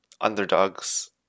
Underdogs